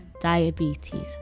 diabetes